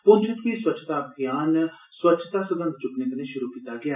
पुंछ च बी स्वच्छता अभियान स्वच्छता सगंध चुक्कने कन्नै शुरू कीता गेआ